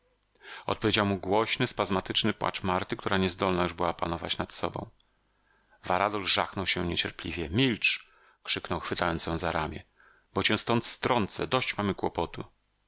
dostaniemy odpowiedział mu głośny spazmatyczny płacz marty która niezdolna już była panować nad sobą varadol żachnął się niecierpliwie milcz krzyknął chwytając ją za ramię bo cię stąd strącę dość mamy kłopotu